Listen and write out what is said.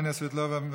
קסניה סבטלובה,